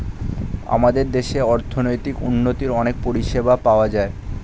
আমাদের দেশে অর্থনৈতিক উন্নতির অনেক পরিষেবা পাওয়া যায়